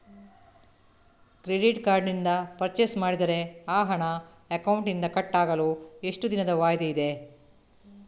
Credit card ನಿಂದ purchase ಮಾಡಿದರೆ ಆ ಹಣ ಅಕೌಂಟಿನಿಂದ ಕಟ್ ಆಗಲು ಎಷ್ಟು ದಿನದ ವಾಯಿದೆ ಇದೆ?